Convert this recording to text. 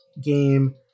game